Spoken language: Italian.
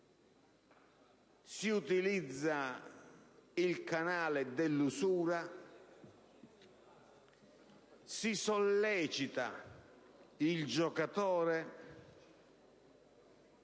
si utilizza il canale dell'usura, si sollecita il giocatore,